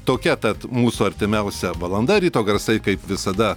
tokia tad mūsų artimiausia valanda ryto garsai kaip visada